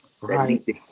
Right